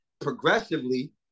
progressively